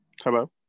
Hello